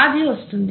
వ్యాధి వస్తుంది